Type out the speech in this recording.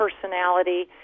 personality